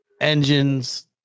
engines